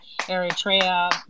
Eritrea